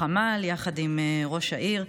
בחמ"ל, יחד עם ראש העיר.